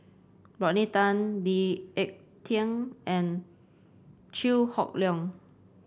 Rodney Tan Lee Ek Tieng and Chew Hock Leong